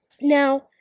now